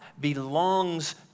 belongs